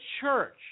church